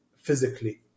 physically